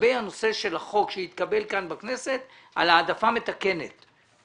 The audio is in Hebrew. לגבי הנושא של החוק שהתקבל כאן בכנסת על העדפה מתקנת לחרדים.